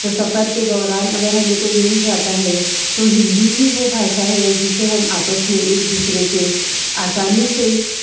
तो सफ़र के दौरान अगर हमें कोई मिल जाता है तो हिंदी ही वह भाषा है जिसे हम आपस में एक दूसरे से आसानी से